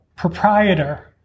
proprietor